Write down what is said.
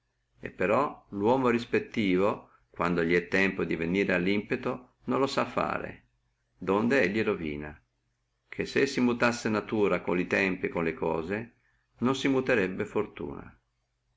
e però lo uomo respettivo quando elli è tempo di venire allo impeto non lo sa fare donde rovina ché se si mutassi di natura con li tempi e con le cose non si muterebbe fortuna